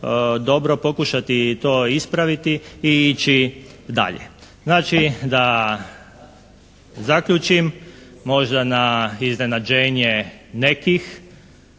dobro, pokušati to ispraviti i ići dalje. Znači da zaključim, možda na iznenađenje nekih